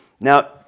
Now